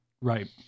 Right